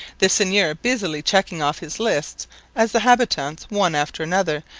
the seigneur busily checking off his lists as the habitants, one after another,